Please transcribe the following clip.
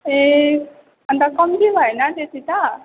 ए अन्त कम्ती भएन त्यति त